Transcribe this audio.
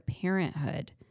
parenthood